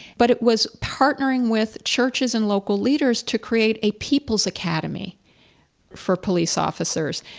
but it was partnering with churches and local leaders to create a people's academy for police officers.